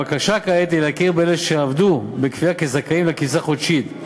הבקשה כעת היא להכיר באלה שעבדו בכפייה כזכאים לקצבה חודשית,